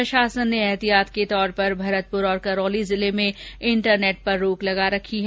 प्रशासन ने एहतियात के तौर पर भरतपुर और करौली जिले में इंटरनेट पर रोक लगा रखी है